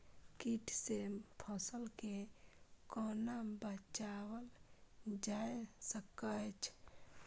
कीट से फसल के कोना बचावल जाय सकैछ?